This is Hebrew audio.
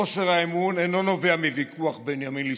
חוסר האמון אינו נובע מוויכוח בין ימין לשמאל,